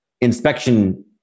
inspection